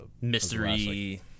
mystery